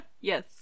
Yes